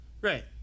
right